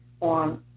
on